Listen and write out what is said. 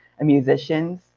musicians